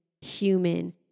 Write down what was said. Human